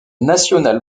nationale